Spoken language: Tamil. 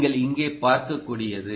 நீங்கள் இங்கே பார்க்கக்கூடியது